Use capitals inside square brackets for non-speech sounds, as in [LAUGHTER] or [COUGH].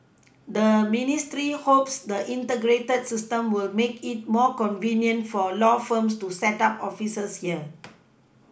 the ministry hopes the Integrated system will make it more convenient for law firms to set up offices here [NOISE]